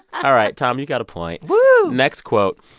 all right. tom, you've got a point woo next quote.